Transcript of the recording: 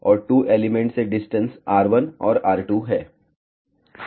और 2 एलिमेंट से distance r1 और r2 है